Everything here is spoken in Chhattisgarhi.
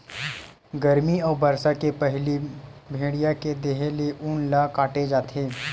गरमी अउ बरसा के पहिली भेड़िया के देहे ले ऊन ल काटे जाथे